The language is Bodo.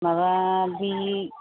माबा बे